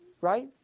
right